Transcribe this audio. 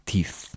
Teeth